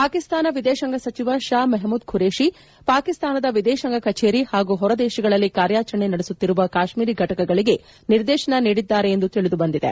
ಪಾಕಿಸ್ತಾನ ವಿದೇಶಾಂಗ ಸಚಿವ ಷಾ ಮೆಹಮೂದ್ ಖುರೇಷಿ ಪಾಕಿಸ್ತಾನದ ವಿದೇಶಾಂಗ ಕಛೇರಿ ಹಾಗೂ ಹೊರ ದೇಶಗಳಲ್ಲಿ ಕಾರ್ಯಾಚರಣೆ ನಡೆಸುತ್ತಿರುವ ಕಾಶ್ಮೀರಿ ಘಟಕಗಳಿಗೆ ನಿರ್ದೇಶನ ನೀಡಿದ್ದಾರೆ ಎಂದು ತಿಳಿದುಬಂದಿದೆ